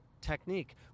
technique